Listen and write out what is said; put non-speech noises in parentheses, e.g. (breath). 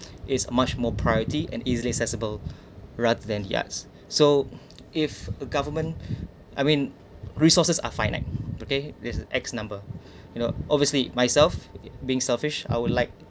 (breath) is much more priority and easily accessible (breath) rather than the arts so if a government (breath) I mean resources are finite okay there is a X_ number (breath) you know obviously myself being selfish I would like